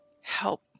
Help